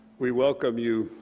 we welcome you,